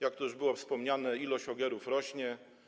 Jak tu już było wspomniane, ilość ogierów rośnie.